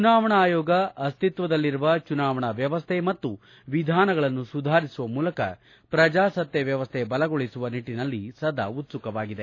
ಚುನಾವಣಾ ಆಯೋಗ ಅಸ್ತಿತ್ವದಲ್ಲಿರುವ ಚುನಾವಣಾ ವ್ಯವಸ್ಥೆ ಮತ್ತು ವಿಧಾನಗಳನ್ನು ಸುಧಾರಿಸುವ ಮೂಲಕ ಪ್ರಜಾಸತ್ತೆ ವ್ಯವಸ್ಥೆ ಬಲಗೊಳಿಸುವ ನಿಟ್ಟಿನಲ್ಲಿ ಸದಾ ಉತ್ಸುಕವಾಗಿದೆ